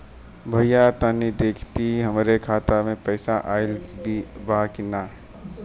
भईया तनि देखती हमरे खाता मे पैसा आईल बा की ना?